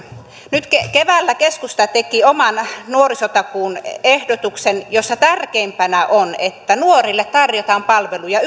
nyt keväällä keskusta teki oman nuorisotakuun ehdotuksen jossa tärkeimpänä on että nuorille tarjotaan palveluja